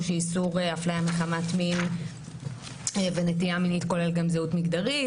שאיסור הפליה מחמת מין ונטייה מינית כולל גם זהות מגדרית,